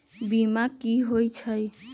बीमा कि होई छई?